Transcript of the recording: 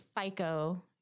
FICO